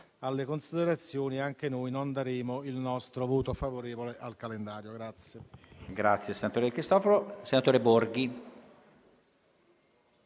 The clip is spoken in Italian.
alle considerazioni svolte e anche noi non daremo il nostro voto favorevole al calendario. [BORGHI